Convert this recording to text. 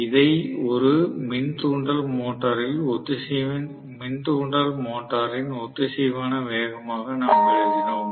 இதை ஒரு மின் தூண்டல் மோட்டரில் ஒத்திசைவான வேகமாக நாம் எழுதினோம்